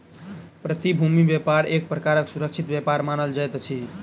प्रतिभूति व्यापार एक प्रकारक सुरक्षित व्यापार मानल जाइत अछि